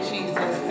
Jesus